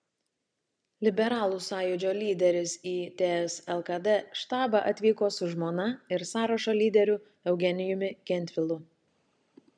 liberalų sąjūdžio lyderis į ts lkd štabą atvyko su žmona ir sąrašo lyderiu eugenijumi gentvilu